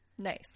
Nice